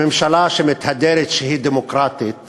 שממשלה שמתהדרת שהיא דמוקרטית